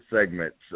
segments